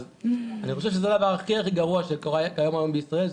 אז אני חושב שזה דבר הכי גרוע שקיים היום בישראל,